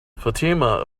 fatima